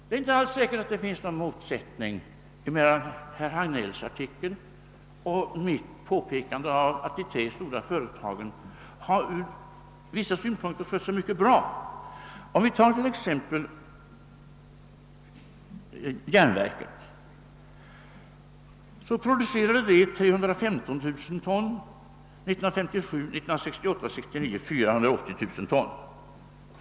Det är inte säkert att det finns någon motsättning mellan herr Hagnells artikel och mitt påpekande, att de tre stora statliga företagen har skött sig bra ur vissa synvinklar. Järnverket producerade sålunda 315 000 ton år 1957 men 480 000 ton år 1968/69.